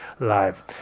Live